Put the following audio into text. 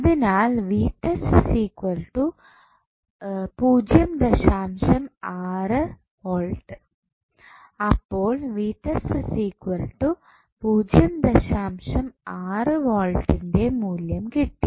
അതിനാൽ അപ്പോൾ ന്റെ മൂല്യം കിട്ടി